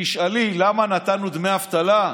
תשאלי למה נתנו דמי אבטלה,